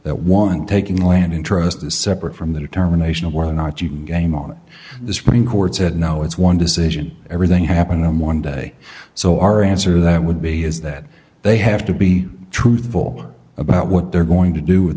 that one taking land interest is separate from the determination of whether or not you can game on the supreme court said no it's one decision everything happened in one day so our answer that would be is that they have to be truthful about what they're going to do with